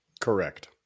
Correct